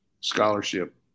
scholarship